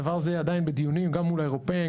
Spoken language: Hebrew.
הדבר הזה עדיין בדיונים גם מול האירופאים,